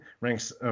ranks